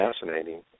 fascinating